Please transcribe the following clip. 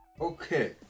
Okay